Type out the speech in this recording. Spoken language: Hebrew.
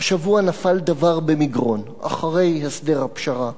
השבוע נפל דבר במגרון אחרי הסדר הפשרה: